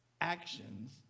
actions